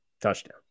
Touchdown